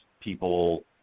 people